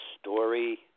story